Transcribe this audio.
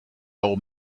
old